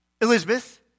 Elizabeth